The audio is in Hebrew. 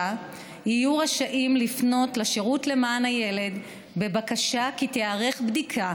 יהיו רשאים לפנות לשירות למען הילד בבקשה שתיערך בדיקה